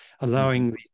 allowing